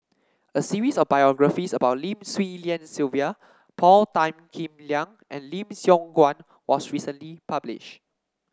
a series of biographies about Lim Swee Lian Sylvia Paul Tan Kim Liang and Lim Siong Guan was recently publish